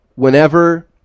Whenever